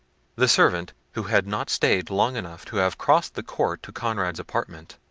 the servant, who had not stayed long enough to have crossed the court to conrad's apartment,